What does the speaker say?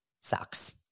sucks